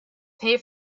pay